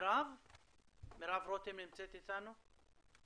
מרב רותם נמצאת איתנו?